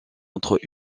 entre